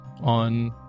on